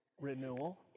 Renewal